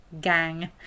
gang